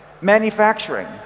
manufacturing